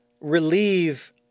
relieve